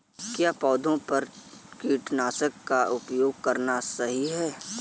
क्या पौधों पर कीटनाशक का उपयोग करना सही है?